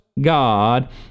God